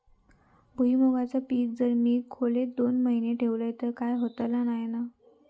भुईमूगाचा पीक जर मी खोलेत दोन महिने ठेवलंय तर काय होतला नाय ना?